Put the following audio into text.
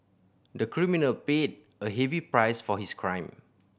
the criminal paid a heavy price for his crime